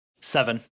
Seven